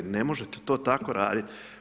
Ne možete to tako raditi.